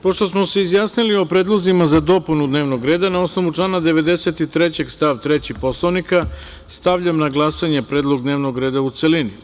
Pošto smo se izjasnili o predlozima za dopunu dnevnog reda, na osnovu člana 93. stav 3. Poslovnika, stavljam na glasanje Predlog dnevnog reda u celini.